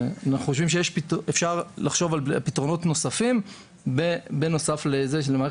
אפשר לחשוב על פתרונות נוספים בנוסף למערכת